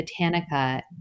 Botanica